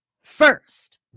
First